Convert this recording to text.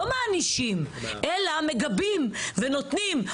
לא מענישים אלא מגבים ונותנים,